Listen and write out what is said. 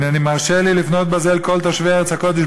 הנני מרשה לי לפנות בזה לכל תושבי ארץ הקודש,